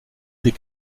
des